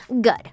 Good